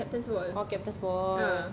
oh captain's ball